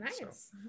nice